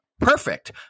Perfect